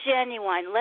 Genuine